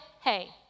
hey